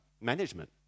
management